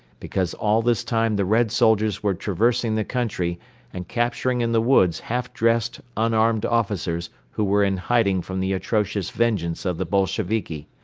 because all this time the red soldiers were traversing the country and capturing in the woods half-dressed unarmed officers who were in hiding from the atrocious vengeance of the bolsheviki.